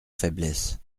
faiblesse